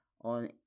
on